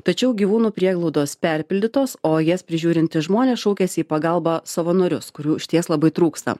tačiau gyvūnų prieglaudos perpildytos o jas prižiūrintys žmonės šaukiasi į pagalbą savanorius kurių išties labai trūksta